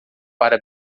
para